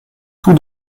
tous